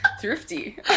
Thrifty